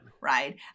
right